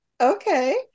Okay